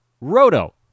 Roto